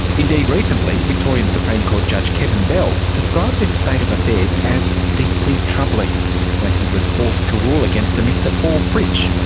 indeed, recently, victorian supreme court judge kevin bell described this state of affairs as deeply troubling when he was forced to rule against a mr paul fritsch,